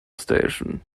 station